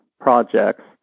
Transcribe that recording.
projects